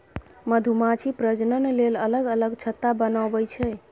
मधुमाछी प्रजनन लेल अलग अलग छत्ता बनबै छै